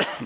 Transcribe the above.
Naša